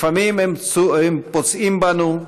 לפעמים הם פוצעים בנו,